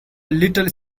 little